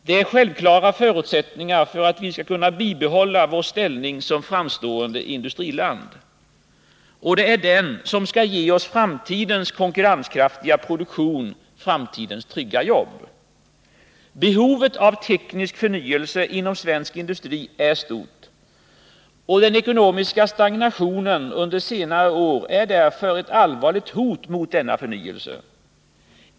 De är självklara förutsättningar för att vi skall kunna behålla vår ställning som framstående industriland. Det är forskningen och utvecklingen som skall ge oss framtidens konkurrenskraftiga produktion, framtidens trygga jobb. Behovet av teknisk förnyelse inom svensk industri är stort. Den ekonomiska stagnationen under senare år är därför ett allvarligt hot mot denna förnyelse.